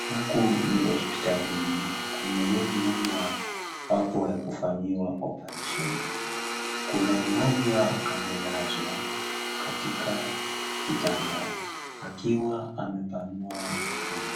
Huku ni hospitalini kwenye rumu ya ambapo ya kufanyiwa operesheni. Kuna mgonjwa amelazwa katika kitanda akiwa amepanua mdomo